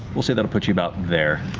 we'll say that'll put you about there.